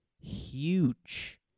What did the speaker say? huge